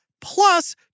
plus